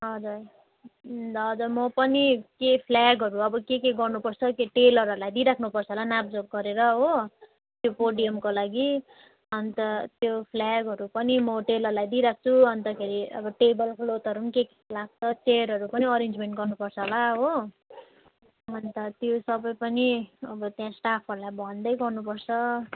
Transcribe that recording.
हजुर हजुर म पनि के फ्ल्यागहरू अब के के गर्नुपर्छ टेलरहरूलाई दिइराख्नु पर्छ होला नापजोख गरेर हो त्यो पोडियमको लागि अन्त त्यो फ्ल्यागहरू पनि म टेलरलाई दिइराख्छु अन्तखेरि अब टेबल क्लोथहरू पनि के लाग्छ चियरहरू पनि अरेन्जमेन्ट गर्नुपर्छ होला हो अन्त त्यो तपाईँ पनि अब त्यहाँ स्टाफहरूलाई भन्दै गर्नुपर्छ